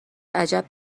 عجب